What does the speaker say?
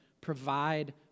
provide